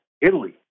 Italy